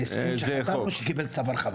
זה הסכם שקיבל צו הרחבה,